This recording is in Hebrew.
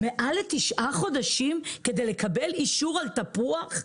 יותר מתשעה חודשים כדי לקבל אישור על תפוח?